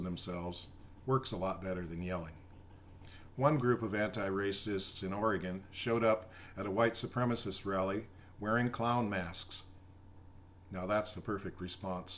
of themselves works a lot better than yelling one group of anti racists in oregon showed up at a white supremacist rally wearing clown masks well that's the perfect response